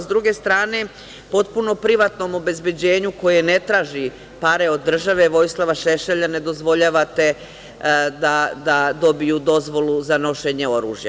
S druge strane, potpuno privatnom obezbeđenju koje ne traži pare od države, Vojislava Šešelja ne dozvoljavate da dobiju dozvolu za nošenje oružja.